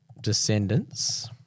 descendants